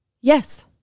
Yes